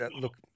look